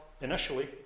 initially